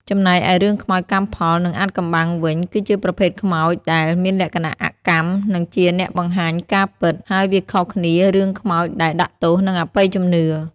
ចំំណែកឯរឿងខ្មោចកម្មផល និងអាថ៌កំបាំងវិញ គឺជាប្រភេទខ្មោចដែល មានលក្ខណៈអកម្ម និងជាអ្នកបង្ហាញការពិត ហើយវាខុសគ្នារឿងខ្មោចដែលដាក់ទោស និងអបិយជំនឿ។